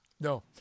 No